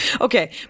Okay